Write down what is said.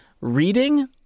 reading